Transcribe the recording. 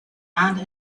and